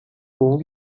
bom